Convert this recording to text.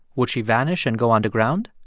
would she vanish and go underground?